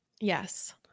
Yes